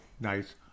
nice